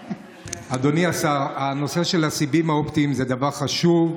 אדוני השר, הנושא של הסיבים האופטיים זה דבר חשוב.